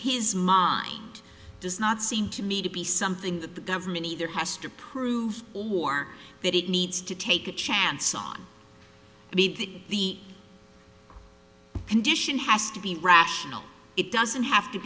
his model does not seem to me to be something that the government either has to prove more that it needs to take a chance on meet the condition has to be rational it doesn't have to